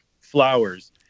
flowers